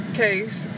case